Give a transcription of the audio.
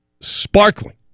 sparkling